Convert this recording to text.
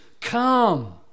come